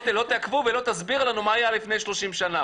לא תעכבו ולא תסבירו לנו מה היה לפני 30 שנה.